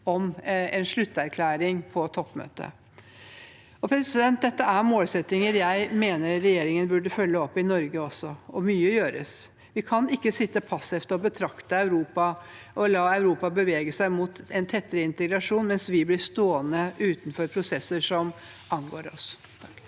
om en slutterklæring fra toppmøtet. Dette er målsettinger jeg mener regjeringen burde følge opp også i Norge, og mye gjøres. Vi kan ikke sitte passivt og betrakte Europa og la det bevege seg mot en tettere integrasjon mens vi blir stående utenfor prosesser som angår oss.